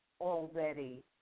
Already